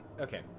Okay